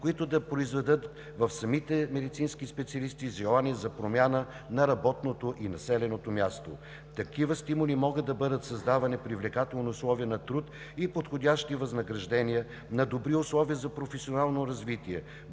които да произведат в самите медицински специалисти желание за промяна на работното и населеното място. Такива стимули могат да бъдат създавани – привлекателни условия на труд, подходящи възнаграждения, добри условия за професионално развитие,